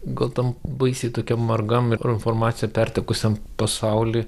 gal tam baisiai tokiam margam ir informacija pertekusiam pasauly